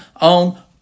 on